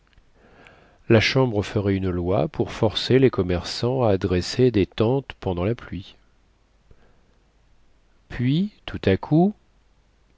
la chambre ferait une loi pour forcer les commerçants à dresser des tentes pendant la pluie puis tout à coup